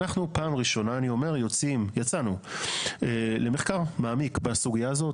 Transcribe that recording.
אנחנו פעם ראשונה יצאנו למחקר מעמיק בסוגיה הזאת.